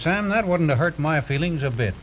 sam that wouldn't hurt my feelings a bit